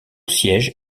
siège